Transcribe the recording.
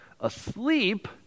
asleep